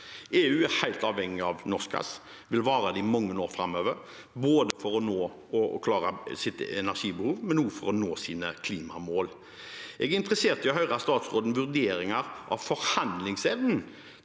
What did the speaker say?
EU er helt avhengig av norsk gass og vil være det i mange år framover, både for å klare sitt energibehov og for å nå sine klimamål. Jeg er interessert i å høre statsrådens vurderinger av forhandlingsevnen